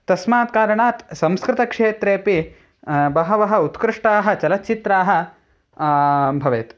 तस्मात् कारणात् संस्कृतक्षेत्रेऽपि बहवः उत्कृष्टाणि चलच्चित्राणि भवेयुः